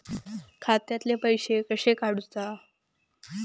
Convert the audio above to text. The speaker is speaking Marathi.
खात्यातले पैसे कशे काडूचा?